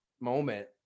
moment